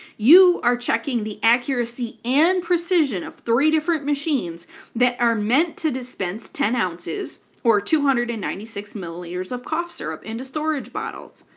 you are checking the accuracy and precision of three different machines that are meant to dispense ten ounces or two hundred and ninety six milliliters of cough syrup into storage bottles.